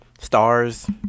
Stars